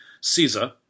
Caesar